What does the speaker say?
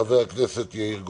חבר הכנסת יאיר גולן.